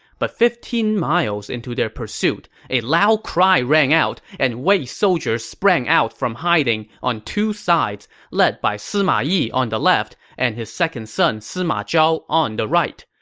but fifteen miles into their pursuit, a loud cry rang out, and wei soldiers sprang out from hiding on two sides, led by sima yi on the left and his second son sima zhao on the right.